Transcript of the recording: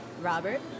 Robert